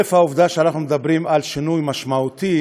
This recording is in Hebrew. שחרף העובדה שאנחנו מדברים על שינוי משמעותי,